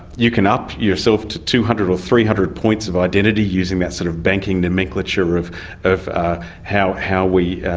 you can up yourself to two hundred or three hundred points of identity using that sort of banking nomenclature of of ah how how we.